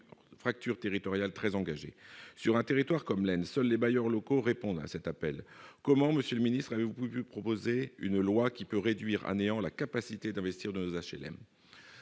fracture territoriale très engagée sur un territoire comme seuls les bailleurs locaux répondent à cet appel : comment, Monsieur le Ministre, avait voulu proposer une loi qui peut réduire à néant la capacité d'investir de HLM